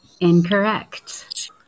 Incorrect